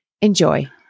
Enjoy